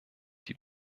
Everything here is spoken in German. die